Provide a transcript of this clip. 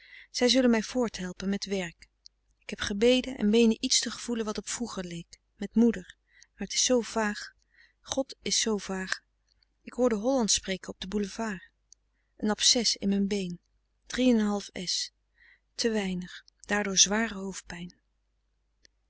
zij zullen mij voorthelpen met werk ik heb gebeden en meende iets te gevoelen wat op vroeger leek met moeder maar t is zoo vaag god is zoo vaag ik hoorde hollandsch spreken op den boulevard een absces aan mijn been en te weinig daardoor zware hoofdpijn